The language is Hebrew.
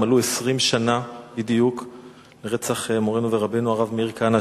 מלאו 20 שנה בדיוק לרצח מורנו ורבנו הרב מאיר כהנא,